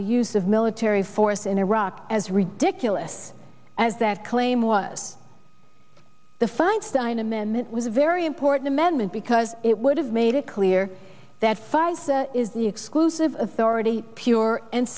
the use of military force in iraq as ridiculous as that claim was the feinstein amendment was a very important amendment because it would have made it clear that five is the exclusive authority pure and